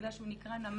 בגלל שהוא נקרא נמל,